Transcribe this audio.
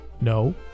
No